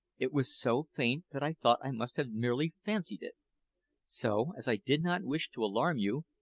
it was so faint that i thought i must have merely fancied it so, as i did not wish to alarm you,